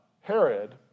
Herod